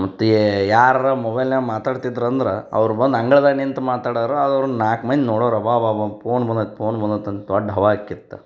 ಮತ್ತು ಯಾರಾರೂ ಮೊಬೈಲ್ನಾಗ ಮಾತಾಡ್ತಿದ್ರೆ ಅಂದ್ರೆ ಅವ್ರು ಬಂದು ಅಂಗಳ್ದಾಗ ನಿಂತು ಮಾತಾಡೋರು ಅದು ಅವ್ರನ್ನ ನಾಲ್ಕು ಮಂದಿ ನೋಡೋರು ಅಬಾಬಾಬಾ ಪೋನ್ ಬಂದದ್ ಪೋನ್ ಬಂದದ್ ಅಂತ ದೊಡ್ಡ ಹವಾ ಆಕಿತ್ತು